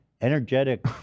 energetic